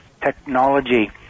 technology